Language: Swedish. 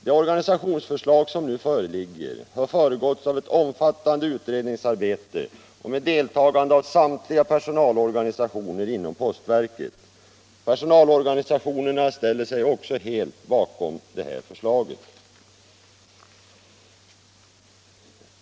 Det organisationsförslag som nu föreligger har föregåtts av ett omfattande utredningsarbete och med del 207 postverket tagande av samtliga personalorganisationer inom postverket. Personalorganisationerna ställer sig också helt bakom förslaget.